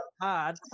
hard